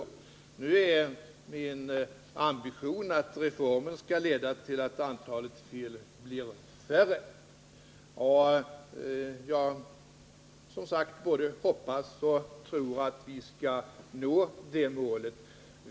Min ambition är att Måndagen den reformen skall leda till att antalet fel blir färre, och som sagt, jag både hoppas 17 december 1979 och tror att vi skall kunna nå det målet.